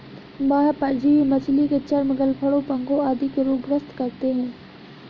बाह्य परजीवी मछली के चर्म, गलफडों, पंखों आदि के रोग ग्रस्त करते है